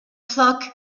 flock